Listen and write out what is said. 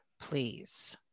please